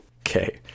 Okay